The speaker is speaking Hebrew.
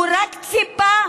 הוא רק ציפה?